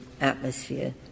atmosphere